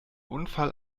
unfall